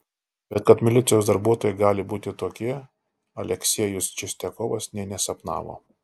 bet kad milicijos darbuotojai gali būti tokie aleksejus čistiakovas nė nesapnavo